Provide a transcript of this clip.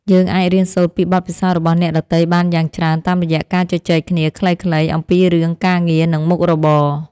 យើងអាចរៀនសូត្រពីបទពិសោធន៍របស់អ្នកដទៃបានយ៉ាងច្រើនតាមរយៈការជជែកគ្នាខ្លីៗអំពីរឿងការងារនិងមុខរបរ។